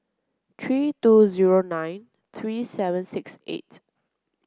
three two zero nine three seven six eight